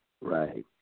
Right